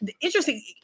interesting